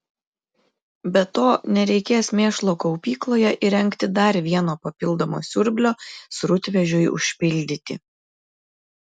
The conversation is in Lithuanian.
be to nereikės mėšlo kaupykloje įrengti dar vieno papildomo siurblio srutvežiui užpildyti